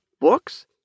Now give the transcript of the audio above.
books